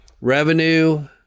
Revenue